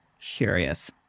curious